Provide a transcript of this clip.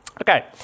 Okay